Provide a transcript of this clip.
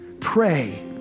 pray